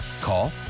Call